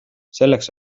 selleks